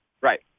Right